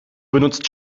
benutzt